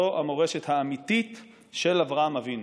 זו המורשת האמיתית של אברהם אבינו,